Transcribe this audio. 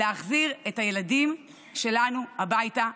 להחזיר את הילדים שלנו הביתה,